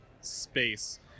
space